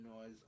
noise